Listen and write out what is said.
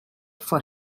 for